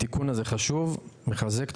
התיקון הזה חשוב ומחזק.